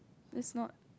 let's not